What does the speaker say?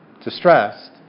distressed